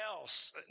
else